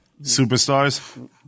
superstars